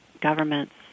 governments